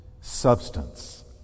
substance